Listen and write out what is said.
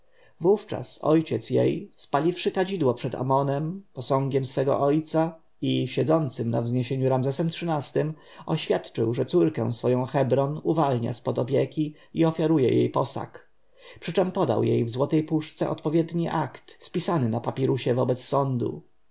wówczas ojciec jej spaliwszy kadzidło przed amonem posągiem swego ojca i siedzącym na wzniesieniu ramzesem xiii-tym oświadczył że córkę swoją hebron uwalnia z pod opieki i ofiaruje jej posag przyczem podał jej w złotej puszce odpowiedni akt spisany na papirusie wobec sądu